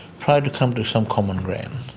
try to come to some common ground.